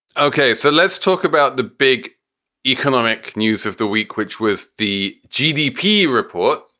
ok, so let's talk about the big economic news of the week, which was the gdp report,